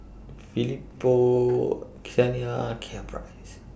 Felipa Saniyah and Caprice